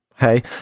hey